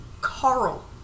Carl